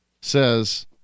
says